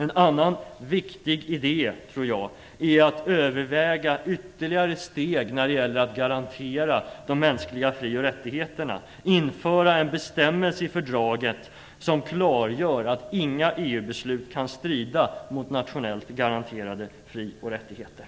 En annan viktig idé tror jag är att överväga ytterligare steg när det gäller att garantera de mänskliga fri och rättigheterna genom att införa en bestämmelse i fördraget som klargör att inga EU beslut får strida mot nationellt garanterade fri och rättigheter.